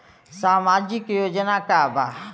सामाजिक योजना का बा?